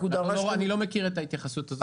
אני לא מכיר את ההתייחסות הזאת.